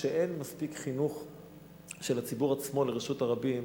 כשאין מספיק חינוך של הציבור עצמו לרשות הרבים,